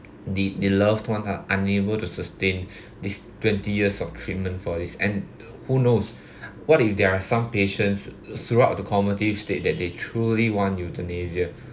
the the loved one are unable to sustain this twenty years of treatment for this and who knows what if there are some patients throughout the comative state that they truly want euthanasia